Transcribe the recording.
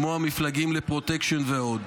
כמו המפלגים לפרוטקשן ועוד.